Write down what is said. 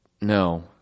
no